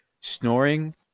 snoring